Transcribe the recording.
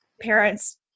parents